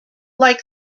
like